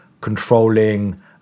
controlling